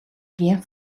gjin